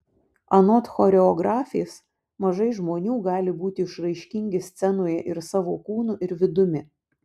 anot choreografės mažai žmonių gali būti išraiškingi scenoje ir savo kūnu ir vidumi